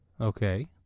Okay